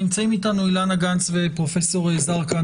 נמצאים אתנו אילנה גנס ופרופסור זרקא.